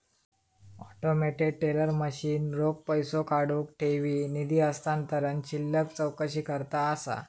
automated teller machine रोख पैसो काढुक, ठेवी, निधी हस्तांतरण, शिल्लक चौकशीकरता असा